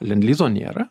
lednlizo nėra